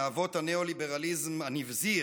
מאבות הנאו-ליברליזם הנבזי,